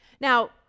Now